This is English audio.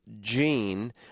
gene